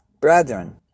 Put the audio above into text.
brethren